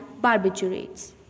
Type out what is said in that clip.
barbiturates